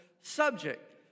subject